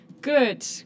Good